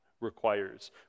requires